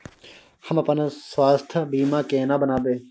हम अपन स्वास्थ बीमा केना बनाबै?